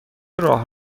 راه